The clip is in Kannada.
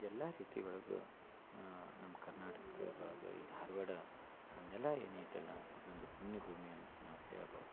ಎಲ್ಲ ರೀತಿ ಒಳಗೆ ನಮ್ಮ ಕರ್ನಾಟಕದೊಳಗೆ ಈ ಧಾರವಾಡ ನೆಲ ಏನು ಐತಲ್ಲ ಇದೊಂದು ಪುಣ್ಯ ಭೂಮಿ ಅಂತ ನಾವು ಹೇಳ್ಬೋದು